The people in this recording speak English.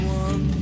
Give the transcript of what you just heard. one